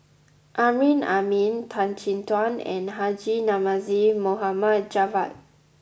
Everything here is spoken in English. Amrin Amin Tan Chin Tuan and Haji Namazie Mohd Javad